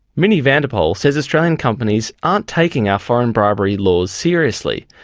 mini vandepol says australian companies aren't taking our foreign bribery laws seriously,